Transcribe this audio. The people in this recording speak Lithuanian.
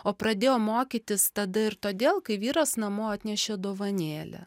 o pradėjo mokytis tada ir todėl kai vyras namo atnešė dovanėlę